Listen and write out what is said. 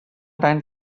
deinen